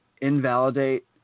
invalidate